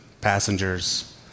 passengers